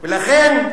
ולכן,